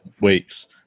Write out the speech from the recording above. weeks